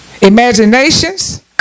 imaginations